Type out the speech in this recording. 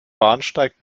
bahnsteig